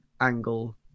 angle